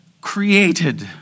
created